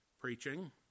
preaching